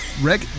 Rick